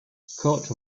coat